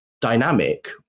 dynamic